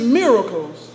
miracles